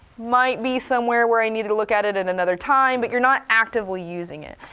might be somewhere where i need to look at it at another time, but you're not actively using it.